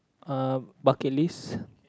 uh bucket list